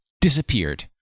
disappeared